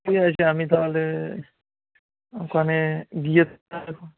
ঠিক আছে আমি তাহলে ওখানে গিয়ে তাহলে